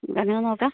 എന്നാൽ അങ്ങനെ നോക്കാം